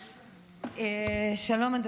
היום?